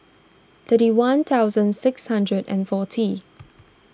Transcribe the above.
thirty one thousand six hundred and forty